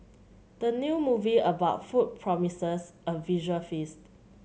the new movie about food promises a visual feast